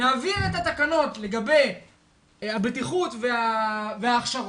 נעביר את התקנות לגבי הבטיחות וההכשרות